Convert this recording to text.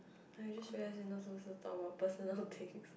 I just realise we not supposed to talk about personal things